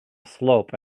slope